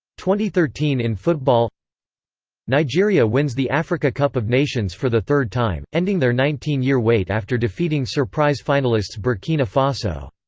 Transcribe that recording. thirteen in football nigeria wins the africa cup of nations for the third time, ending their nineteen year wait after defeating surprise finalists burkina faso.